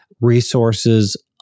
resources